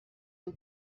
you